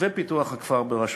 ופיתוח הכפר, בראשותי,